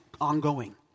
ongoing